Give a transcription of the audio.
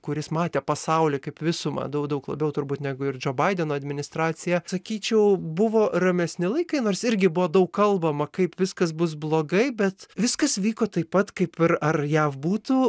kuris matė pasaulį kaip visumą daug daug labiau turbūt negu ir džo baideno administracija sakyčiau buvo ramesni laikai nors irgi buvo daug kalbama kaip viskas bus blogai bet viskas vyko taip pat kaip ir ar jav būtų